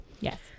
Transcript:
yes